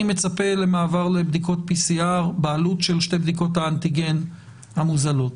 אני מצפה למעבר לבדיקות PCR בעלות של שתי בדיקות האנטיגן המוזלות.